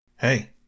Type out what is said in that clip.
Hey